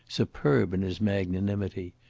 superb in his magnanimity.